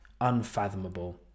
unfathomable